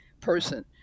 person